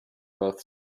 both